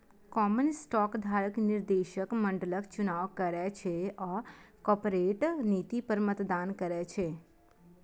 common stock धारक निदेशक मंडलक चुनाव करै छै आ कॉरपोरेट नीति पर मतदान करै छै